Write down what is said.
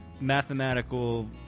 mathematical